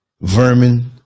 Vermin